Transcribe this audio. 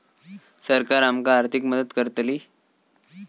सरकार आमका आर्थिक मदत करतली?